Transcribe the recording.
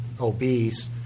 obese